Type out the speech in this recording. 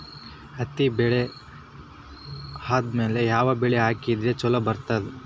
ಹತ್ತಿ ಬೆಳೆ ಆದ್ಮೇಲ ಯಾವ ಬೆಳಿ ಹಾಕಿದ್ರ ಛಲೋ ಬರುತ್ತದೆ?